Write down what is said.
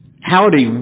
Howdy